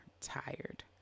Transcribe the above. tired